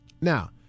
Now